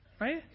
Right